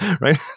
right